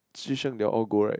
Zhi-Seng they all go right